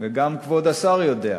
וגם כבוד השר יודע.